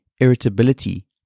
irritability